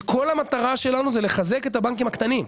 כשכל המטרה שלנו זה לחזק את הבנקים הקטנים.